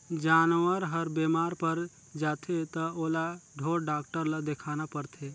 जानवर हर बेमार पर जाथे त ओला ढोर डॉक्टर ल देखाना परथे